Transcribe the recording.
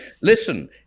listen